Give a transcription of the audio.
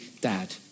dad